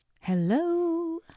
Hello